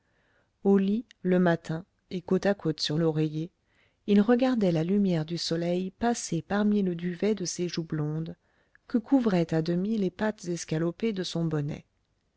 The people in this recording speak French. au lit le matin et côte à côté sur l'oreiller il regardait la lumière du soleil passer parmi le duvet de ses joues blondes que couvraient à demi les pattes escalopées de son bonnet